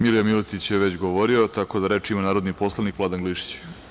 Milija Miletić je već govorio, tako da reč ima narodni poslanik Vladan Glišić.